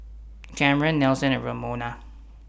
Cameron Nelson and Ramona